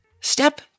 Step